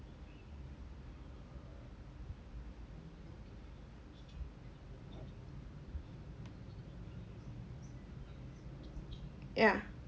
yeah